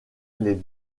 les